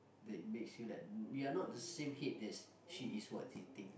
that makes you like we are not the same as she is what they think